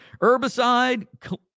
herbicide